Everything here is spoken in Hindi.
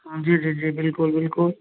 हाँ जी जी जी बिल्कुल बिल्कुल